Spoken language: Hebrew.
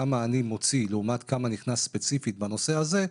כמה אני מוציא לעומת כמה נכנס ספציפית בנושא הזה,